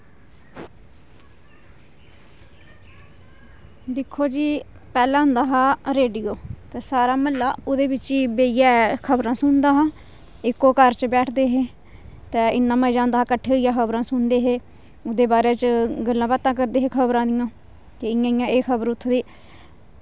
दिक्खो जी पैह्लें होंदा हा रेडियो ते सारा म्हल्ला ओह्दे बिच्च ही बेहियै खबरां सुनदा हा इक्को घर च बैठदे हे ते इन्ना मज़ा औंदा हा किट्ठे होइयै खबरां सुनदे हे ओह्दे बारे च गल्लां बातां करदे हे खबरां दियां के इ'यां इ'यां एह् खबर उत्थूं दी